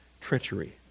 treachery